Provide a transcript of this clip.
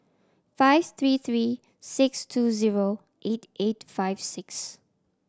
five three three six two zero eight eight five six